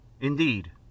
Indeed